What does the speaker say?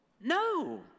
No